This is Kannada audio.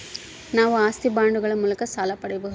ನಾವು ಆಸ್ತಿ ಬಾಂಡುಗಳ ಮೂಲಕ ಸಾಲ ಪಡೆಯಬಹುದಾ?